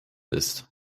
ist